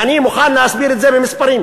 ואני מוכן להסביר את זה במספרים.